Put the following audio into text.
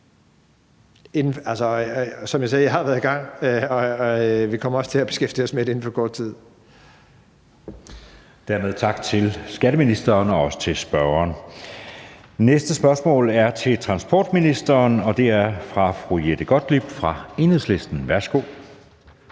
Som jeg sagde, har jeg været i gang, og vi kommer også til at beskæftige os med det inden for kort tid. Kl. 14:03 Anden næstformand (Jeppe Søe): Dermed tak til skatteministeren og også til spørgeren. Næste spørgsmål er til transportministeren, og det er fra fru Jette Gottlieb fra Enhedslisten. Kl.